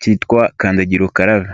cyitwa kandagira ukarabe.